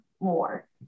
more